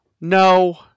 No